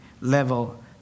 level